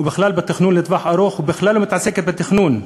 ובכלל בתכנון לטווח ארוך, ובכלל לא מתעסקת בתכנון.